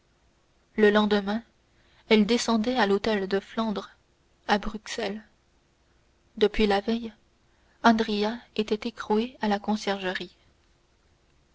le lendemain elles descendaient à l'hôtel de flandre à bruxelles depuis la veille andrea était écroué à la conciergerie